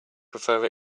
prefer